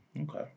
Okay